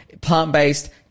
plant-based